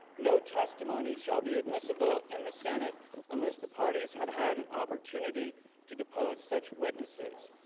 no testimony shall be admissible in the senate unless the parties have had an opportunity to depose such witnesses.